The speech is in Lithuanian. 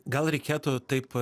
gal reikėtų taip